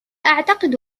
أعتقد